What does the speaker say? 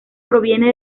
proviene